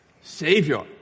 Savior